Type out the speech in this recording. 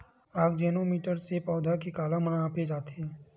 आकजेनो मीटर से पौधा के काला नापे जाथे?